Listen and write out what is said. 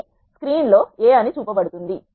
అది స్క్రీన్ లో A అని చూపబడుతుంది